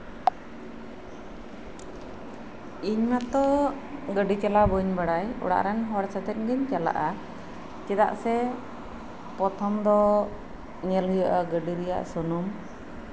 ᱤᱧ ᱢᱟᱛᱚ ᱜᱟᱹᱰᱤ ᱪᱟᱞᱟᱣ ᱵᱟᱹᱧ ᱵᱟᱲᱟᱭ ᱚᱲᱟᱜ ᱨᱮᱱ ᱦᱚᱲ ᱥᱟᱛᱮᱜ ᱜᱤᱧ ᱪᱟᱞᱟᱜᱼᱟ ᱪᱮᱫᱟᱜ ᱥᱮ ᱯᱨᱚᱛᱷᱚᱢ ᱫᱚ ᱧᱮᱞ ᱦᱩᱭᱩᱜᱼᱟ ᱜᱟᱹᱰᱤ ᱨᱮᱭᱟᱜ ᱥᱩᱱᱩᱢ